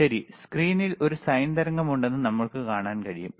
ശരി സ്ക്രീനിൽ ഒരു സൈൻ തരംഗമുണ്ടെന്ന് നമുക്ക് കാണാൻ കഴിയും